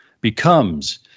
becomes